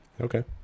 Okay